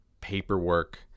paperwork